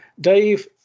Dave